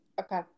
Okay